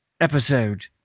episode